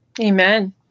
Amen